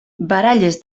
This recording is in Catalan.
baralles